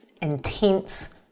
intense